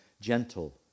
gentle